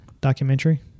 documentary